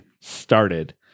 started